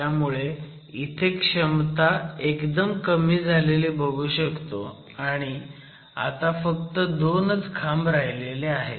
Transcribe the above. त्यामुळे इथे क्षमता एकदम कमी झालेली बघू शकतो आणि आता फक्त दोनच खांब राहिले आहेत